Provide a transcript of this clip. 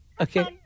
Okay